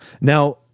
Now